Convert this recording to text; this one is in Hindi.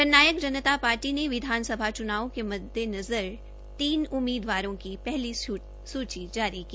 जन नायक जनता पार्टी ने विधानसभा चुनावों के मद्देनज़र सात उम्मीदवारों की पहली सूची जारी की